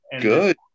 Good